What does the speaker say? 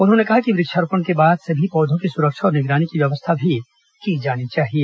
उन्होंने कहा कि वृक्षारोपण के बाद सभी पौधों की सुरक्षा और निगरानी की व्यवस्था भी की जानी चाहिए